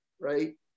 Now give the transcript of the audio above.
right